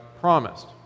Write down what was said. promised